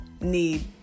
need